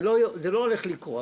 זה לא הולך לקרות,